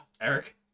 Eric